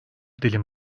dilim